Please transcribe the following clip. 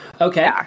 okay